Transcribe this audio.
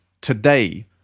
today